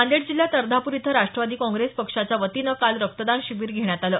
नांदेड जिल्ह्यात अर्धापूर इथं राष्ट्रवादी काँग्रेस पक्षाच्या वतीनं काल रक्तदान शिबिर घेण्यात आलं